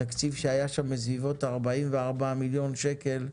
תקציב שהיה שם בסביבות 44 מיליון שקל,